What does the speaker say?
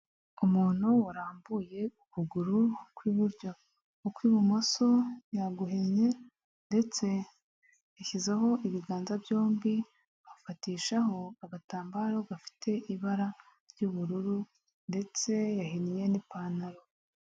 Umuntu warambuye ukuguru kw'iburyo, ukw'ibumoso yaguhinnye ndetse yashyizeho ibiganza byombi afatishaho agatambaro gafite ibara ry'ubururu ndetse yahinnye n'ipantaro.